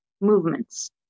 movements